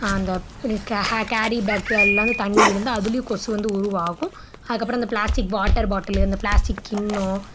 அந்த இப்போ கேரிபேக்கு அதில் எல்லாம் வந்து தண்ணி விழுந்து அதுலேயும் கொசு வந்து உருவாகும் அதுக்கப்பறம் இந்த பிளாஸ்டிக் வாட்டர் பாட்லு இந்த பிளாஸ்டிக் கிண்ணம்